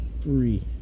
Three